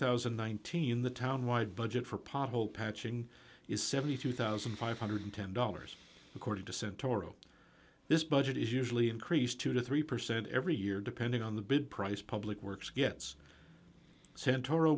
thousand and nineteen the town wide budget for possible patching is seventy two one thousand five hundred and ten dollars according to cent toro this budget is usually increased two to three percent every year depending on the bid price public works gets santoro